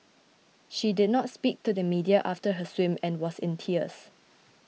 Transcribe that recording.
she did not speak to the media after her swim and was in tears